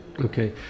Okay